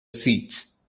seats